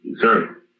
Sir